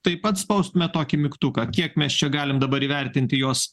taip pat spaustumėt tokį mygtuką kiek mes čia galim dabar įvertinti jos